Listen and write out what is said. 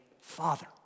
father